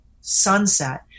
sunset